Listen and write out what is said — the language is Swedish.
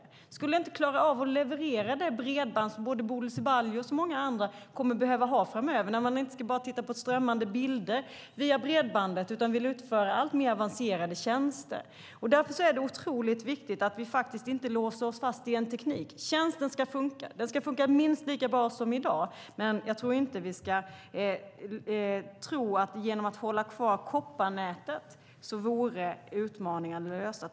De skulle inte klara av att leverera det bredband som Bodil Ceballos och många andra kommer att behöva när de inte bara ska titta på strömmande bilder via bredband utan vill utföra alltmer avancerade tjänster. Därför är det viktigt att vi inte låser oss fast i en teknik. Tjänsten ska funka, och den ska funka minst lika bra som i dag, men vi ska inte tro att vi löser utmaningarna genom att hålla kvar kopparnäten.